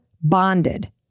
bonded